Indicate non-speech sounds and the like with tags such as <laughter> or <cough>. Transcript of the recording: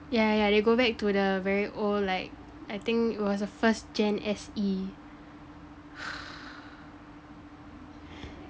yeah yeah they go back to the very old like I think it was a first gen S_E <breath>